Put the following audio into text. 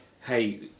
hey